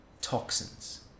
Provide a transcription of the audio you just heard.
toxins